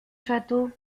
château